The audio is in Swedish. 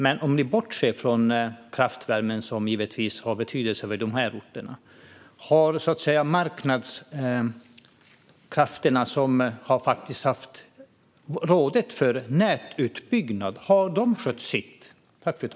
Men om ni bortser från kraftvärmen, som givetvis har betydelse för de här orterna: Har marknadskrafterna, som faktiskt har rått när det gäller nätutbyggnad, skött sitt?